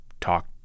talk